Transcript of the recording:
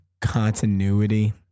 continuity